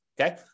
okay